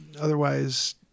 otherwise